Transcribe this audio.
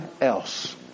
else